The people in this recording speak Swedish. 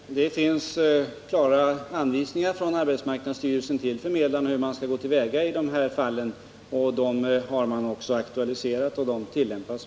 Herr talman! Det finns klara anvisningar från arbetsmarknadsstyrelsen till förmedlare om hur man skall gå till väga i de här fallen. De har också aktualiserats, och skall tillämpas.